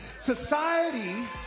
Society